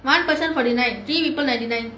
one person forty nine three people ninety nine